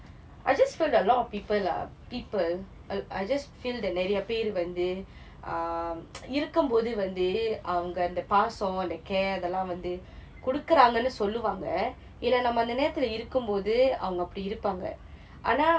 I just felt that a lot of people ah people I just feel that நிறைய பேர் வந்து:niraya paer vanthu um இருக்கும் போது வந்து அவங்க அந்த பாசம் அந்த:irukkum pothu vanthu avnaga antha paasam antha care அதை எல்லாம் வந்து கொடுக்குறாங்கனு சொல்லுவாங்க இல்லே நம்ம அந்த நேரத்தில இருக்கும்போது அவங்க அப்படி இருப்பாங்க ஆனா:athai ellaam vanthu kodukkuraanganu solluvaanga illae namma antha naeratthila irukkumpothu avanga appadi iruppaanga aanaa